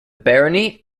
barony